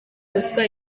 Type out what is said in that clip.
ruswa